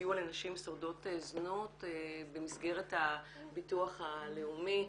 סיוע לנשים שורדות זנות במסגרת הביטוח הלאומי.